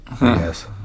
yes